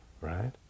Right